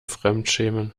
fremdschämen